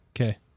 Okay